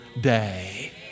day